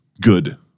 good